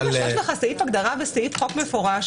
ברגע שיש לך סעיף הגדרה בסעיף חוק מפורש,